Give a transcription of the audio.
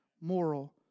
moral